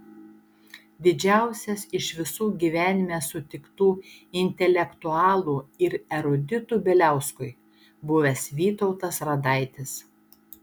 didžiausias iš visų gyvenime sutiktų intelektualų ir eruditų bieliauskui buvęs vytautas radaitis